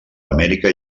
amèrica